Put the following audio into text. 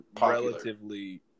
relatively